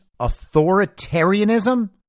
authoritarianism